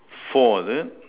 four is it